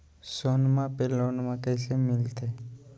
सोनमा पे लोनमा कैसे मिलते?